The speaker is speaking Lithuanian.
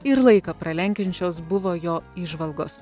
ir laiką pralenkiančios buvo jo įžvalgos